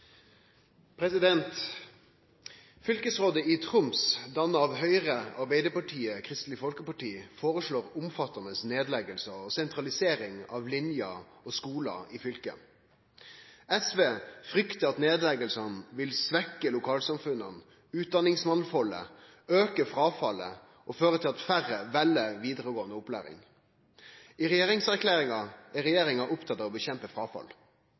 i Troms, dannet av Høyre, Arbeiderpartiet og Kristelig Folkeparti, foreslår omfattende nedleggelser og sentralisering av linjer og skoler i fylket. SV frykter at nedleggelsene vil svekke lokalsamfunnene, utdanningsmangfoldet, øke frafallet og at færre velger videregående opplæring. I regjeringserklæringen er regjeringen opptatt av å bekjempe frafall.